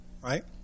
right